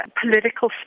political